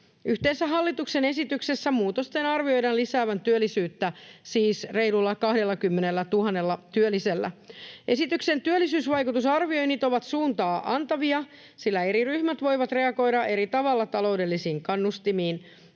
Yhteensä hallituksen esityksessä muutosten arvioidaan lisäävän työllisyyttä siis reilulla 20 000 työllisellä. Esityksen työllisyysvaikutusarvioinnit ovat suuntaa antavia, sillä eri ryhmät voivat reagoida eri tavalla taloudellisiin kannustimiin.